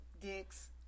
dicks